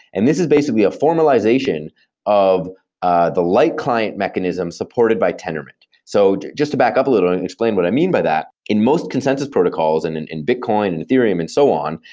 and this is basically a formalization of ah the light client mechanism supported by tendermint. so just to back up a little bit and explain what i mean by that, in most consensus protocols and in in bitcoin and ethereum and so on,